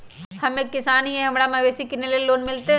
हम एक किसान हिए हमरा मवेसी किनैले लोन मिलतै?